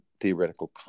theoretical